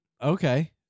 okay